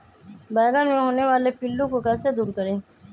बैंगन मे होने वाले पिल्लू को कैसे दूर करें?